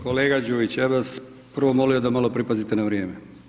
Kolega Đujić ja bih vas prvo molio da malo pripazite na vrijeme.